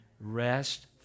rest